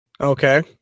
Okay